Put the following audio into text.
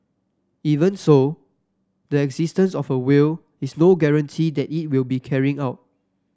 even so the existence of a will is no guarantee that it will be carried out